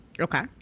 Okay